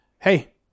Hey